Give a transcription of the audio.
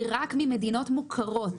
היא רק ממדינות מוכרות.